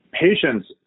patients